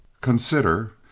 Consider